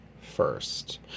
first